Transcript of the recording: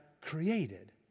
created